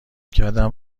کردم